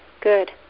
Good